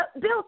Bill